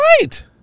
Right